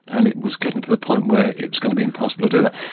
and it was getting to the point where it was going to be impossible to do that.